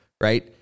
right